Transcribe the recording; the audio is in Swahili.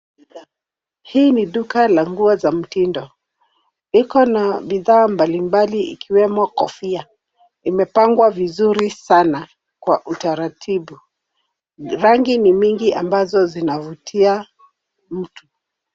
Hii ni duka la nguo za mtindo. Iko na bidhaa mbalimbali ikiwemo kofia, imepangwa vizuri sana kwa utaratibu. Rangi ni mingi ambazo zinavutia mtu.